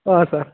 ಹಾಂ ಸರ್